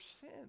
sin